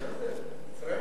במצרים?